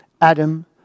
Adam